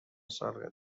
سال